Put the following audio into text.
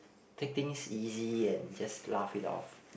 take things easy and just laugh it off